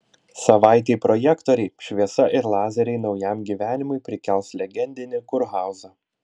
savaitei projektoriai šviesa ir lazeriai naujam gyvenimui prikels legendinį kurhauzą